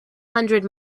hundred